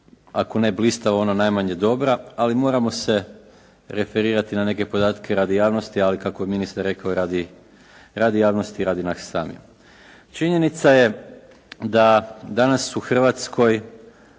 ako ne blistavo, onda najmanje dobra, ali moramo se referirati na neke podatke radi javnosti, ali kako je ministar rekao i radi javnosti i radi nas samih. Činjenica je da danas u Hrvatskoj